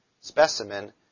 specimen